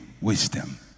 wisdom